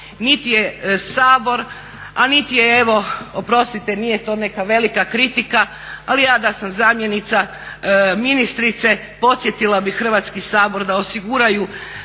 niti je Sabor a niti je evo, oprostite nije to neka velika kritika, ali ja da sam zamjenica ministrice podsjetila bih Hrvatski sabor da osiguraju